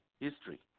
history